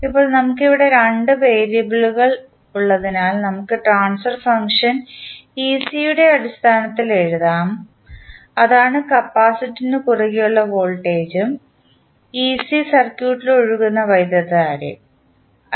ഇപ്പോൾ നമുക്ക് ഇവിടെ 2 വേരിയബിളുകൾ ഉള്ളതിനാൽ നമുക്ക് ട്രാൻസ്ഫർ ഫംഗ്ഷൻ യുടെ അടിസ്ഥാനത്തിൽ എഴുതാം അതാണ് കാപ്പാസിറ്റർ നു കുറുകെ ഉള്ള വോൾട്ടേജും സർക്യൂട്ടിലൂടെ ഒഴുകുന്ന വൈദ്യുതധാരയും